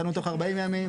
תענו תוך 40 ימים.